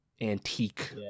antique